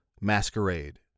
Masquerade